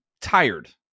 tired